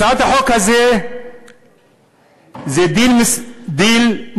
הצעת החוק הזו היא דיל מושחת,